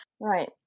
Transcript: Right